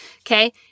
Okay